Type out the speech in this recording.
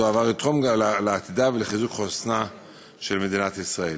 הדבר יתרום לעתידה ולחיזוק חוסנה של מדינת ישראל.